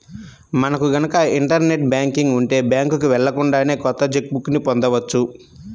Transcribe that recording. మనకు గనక internet banking ఉంటే బ్యాంకుకి వెళ్ళకుండానే కొత్త చెక్ బుక్ ని పొందవచ్చు